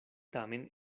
tamen